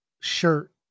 shirt